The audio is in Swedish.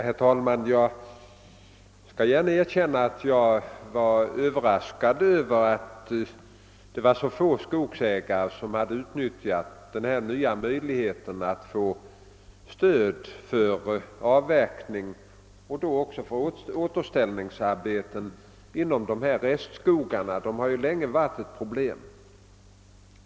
Herr talman! Jag skall gärna erkänna att jag blev överraskad av att finna att så få skogsägare hade utnyttjat den nya möjligheten att erhålla stöd för avverkning och därmed också för återställningsarbeten inom restskogarna. Dessa har ju länge varit ett problem.